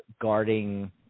guarding